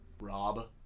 Rob